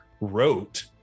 wrote